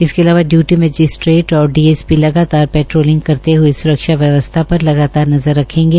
इसके अलावा duty magistrate और डी एस पी लगतार पैट्रोलिंग करते हये स्रक्षा व्यवस्था र लगातार नज़र रखेंगे